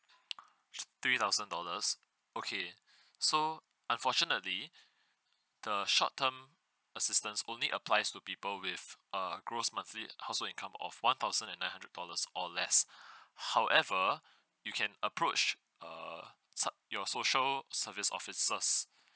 three thousand dollars okay so unfortunately the short term assistance only applies to people with a gross monthly household income of one thousand and nine hundred dollars or less however you can approach err su~ your social service officers